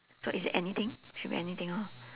so is it anything should be anything hor